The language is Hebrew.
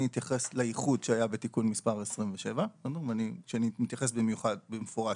אני אתייחס לאיחוד שהיה בתיקון מס' 27. כשאני מתייחס במפורש,